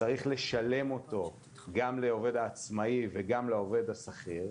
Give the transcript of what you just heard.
צריך לשלם אותו גם לעובד העצמאי וגם לעובד השכיר,